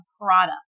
product